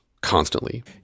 constantly